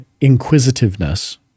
inquisitiveness